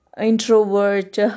introvert